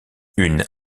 une